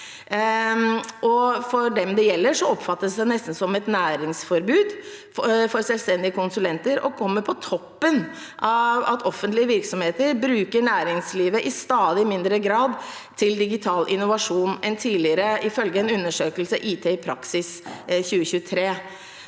konsulenter – oppfattes det nesten som et næringsforbud. Det kommer på toppen av at offentlige virksomheter bruker næringslivet i stadig mindre grad til digital innovasjon enn tidligere, iføl ge en undersøkelse i IT i praksis 2023.